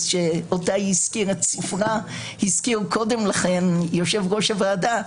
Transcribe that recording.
שאותה הזכיר קודם לכן יושב-ראש הוועדה,